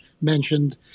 mentioned